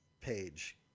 page